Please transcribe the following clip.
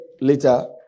later